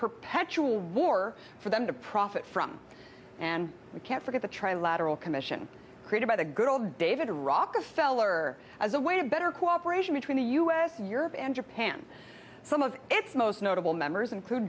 perpetual war for them to profit from and we can't forget the trilateral commission created by the good old david rockefeller as a way of better cooperation between the us europe and japan some of its most notable members include